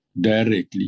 directly